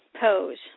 pose